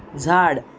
झाड